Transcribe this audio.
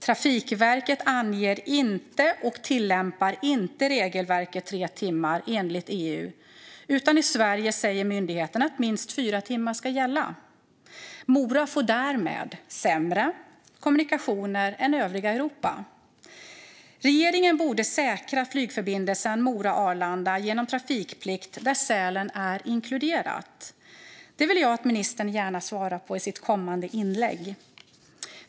Trafikverket anger inte och tillämpar inte EU-regelverket om tre timmar, utan i Sverige säger myndigheten att minst fyra timmar ska gälla. Mora får därmed sämre kommunikationer än övriga Europa. Regeringen borde säkra flygförbindelsen Mora-Arlanda genom trafikplikt, där Sälen är inkluderat. Det vill jag gärna att ministern svarar på i sitt kommande inlägg.